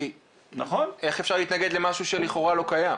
כי איך אפשר להתנגד למשהו שלכאורה לא קיים.